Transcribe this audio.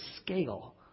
scale